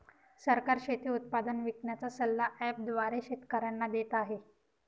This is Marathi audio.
सरकार शेती उत्पादन विकण्याचा सल्ला ॲप द्वारे शेतकऱ्यांना देते आहे